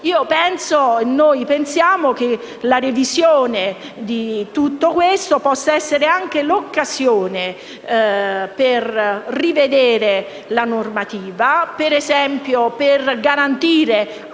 Noi pensiamo che la revisione di tutto questo possa essere anche l'occasione per rivedere la normativa, ad esempio, per garantire